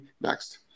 Next